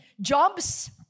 jobs